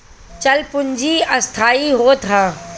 चल पूंजी अस्थाई होत हअ